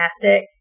fantastic